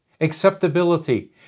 acceptability